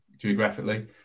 geographically